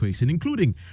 including